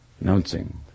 announcing